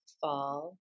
fall